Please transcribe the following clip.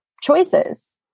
choices